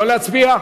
לא להצביע?